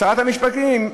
שרת המשפטים,